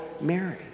Mary